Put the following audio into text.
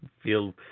feel